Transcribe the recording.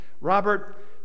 Robert